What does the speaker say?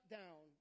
down